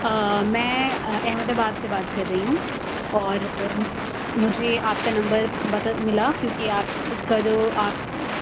میں احمدآباد سے بات کر رہی ہوں اور مجھے آپ کا نمبر بدل ملا کیونکہ آپ اِس کا جو آپ